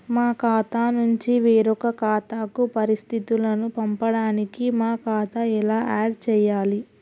మా ఖాతా నుంచి వేరొక ఖాతాకు పరిస్థితులను పంపడానికి మా ఖాతా ఎలా ఆడ్ చేయాలి?